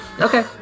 Okay